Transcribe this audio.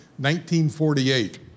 1948